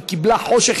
היא קיבלה חושך.